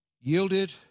yielded